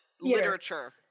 literature